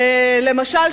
למשל,